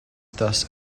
thus